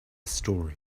story